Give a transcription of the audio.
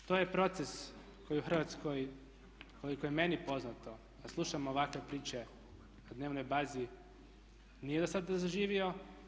To je proces koji u Hrvatskoj koliko je meni poznato, a slušam ovakve priče na dnevnoj bazi nije do sada zaživio.